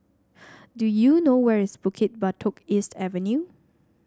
do you know where is Bukit Batok East Avenue